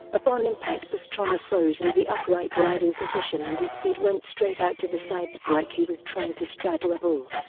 upon impact pastrana froze in the upright riding position and his feet went straight out to the sides like he was trying to straddle a bull.